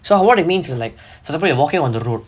so how what it means like for example you walking on the road